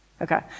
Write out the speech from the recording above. Okay